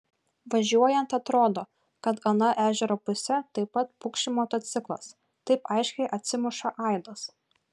važiuojant atrodo kad ana ežero puse taip pat pukši motociklas taip aiškiai atsimuša aidas